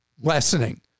lessening